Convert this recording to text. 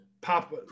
Pop